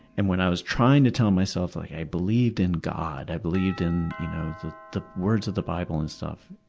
and when i was trying to tell myself, like, i believed in god, i believed in you know the the words of the bible and stuff,